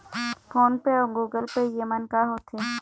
Phone पे अउ Google Pay येमन का होते?